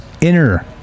inner